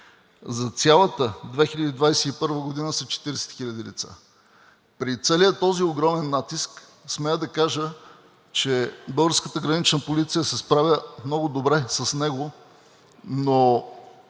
за цялата 2021 г. са 40 000 лица. При целия този огромен натиск, смея да кажа, че българската Гранична полиция се справя много добре с него, но